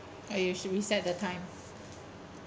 or you should reset the time